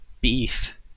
beef